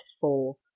four